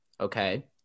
okay